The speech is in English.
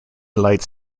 lights